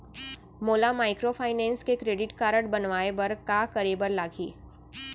मोला माइक्रोफाइनेंस के credit card बनवाए बर का करे बर लागही?